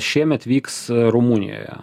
šiemet vyks rumunijoje